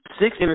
six